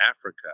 Africa